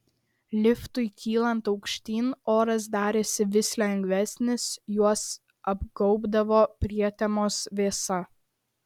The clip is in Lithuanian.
liftui kylant aukštyn oras darėsi vis lengvesnis juos apgaubdavo prietemos vėsa